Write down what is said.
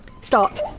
Start